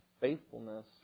faithfulness